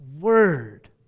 word